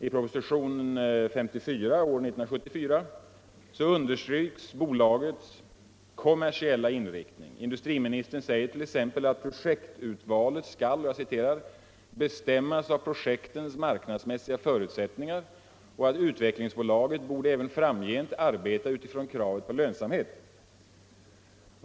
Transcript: I propositionen 1974:54 understryks Utvecklingsbolagets kommersiella inriktning. Industriministern säger t.ex. att projekturvalet skall ”bestämmas av projektens marknadsmässiga förutsättningar” och att ”utvecklingsbolaget borde även framgent arbeta utifrån kravet på lönsamhet”.